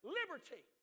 liberty